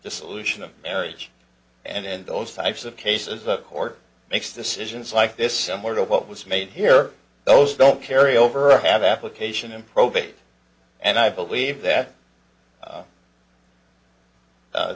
dissolution of marriage and those types of cases the court makes decisions like this somewhat of what was made here those don't carry over have application in probate and i believe that